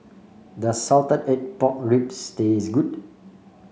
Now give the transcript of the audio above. does Salted Egg Pork Ribs taste good